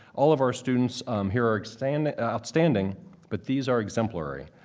all of our students here are outstanding outstanding but these are exemplary.